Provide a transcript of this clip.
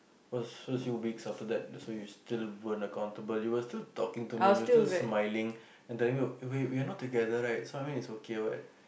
first first few weeks after that so you still weren't accountable you were still talking to me and you were still smiling and telling me wait we are not together right so I mean so it's okay what